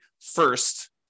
first